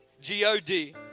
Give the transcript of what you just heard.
G-O-D